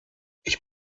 ich